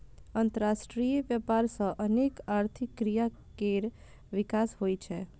अंतरराष्ट्रीय व्यापार सं अनेक आर्थिक क्रिया केर विकास होइ छै